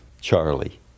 Charlie